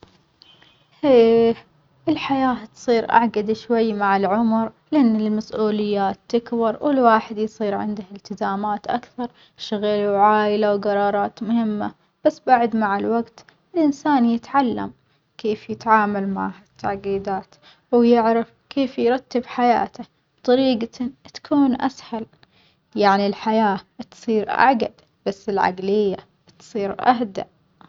إيه الحياة تصير أعجد شوية مع العمر لأن المسؤوليات تكبر والواحد يصير عنده إلتزامات أكثر شغل وعائلة وجرارات مهمة بس بعد مع الوجت الإنسان يتعلم كيف يتعامل مع هالتعجيدات، كيف يرتب حياته بطريجةٍ تكون أسهل يعني الحياة بتصير أعجد بس العجلية بتصير أهدى.